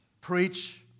preach